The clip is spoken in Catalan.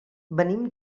venim